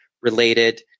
related